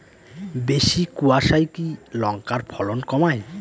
বেশি কোয়াশায় কি লঙ্কার ফলন কমায়?